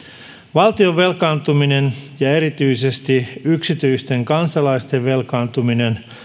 valtion velkaantuminen ja erityisesti yksityisten kansalaisten velkaantuminen